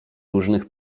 różnych